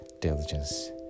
diligence